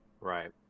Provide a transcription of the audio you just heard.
right